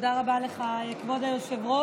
תודה רבה לך, כבוד היושב-ראש.